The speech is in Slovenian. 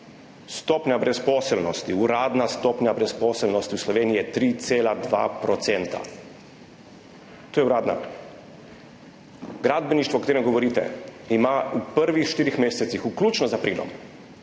uradna stopnja brezposelnosti v Sloveniji je 3,2 %. To je uradna. Gradbeništvo, o katerem govorite, ima v prvih štirih mesecih, vključno z aprilom,